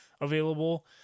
available